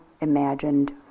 imagined